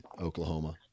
Oklahoma